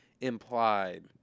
implied